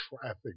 Traffic